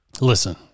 Listen